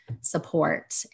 support